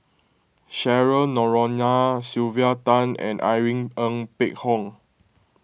Cheryl Noronha Sylvia Tan and Irene Ng Phek Hoong